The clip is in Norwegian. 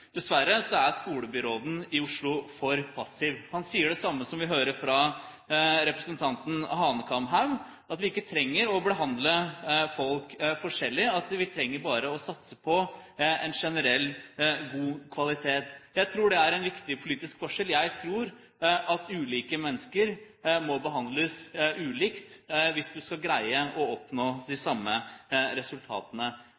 Dessverre er skolebyråden i Oslo for passiv. Han sier det samme som vi hører fra representanten Hanekamhaug, at vi ikke trenger å behandle folk forskjellig, vi trenger bare å satse på generelt, god kvalitet. Jeg tror det er en viktig politisk forskjell, jeg tror at ulike mennesker må behandles ulikt hvis man skal greie å oppnå de